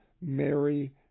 Mary